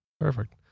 Perfect